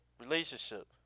relationship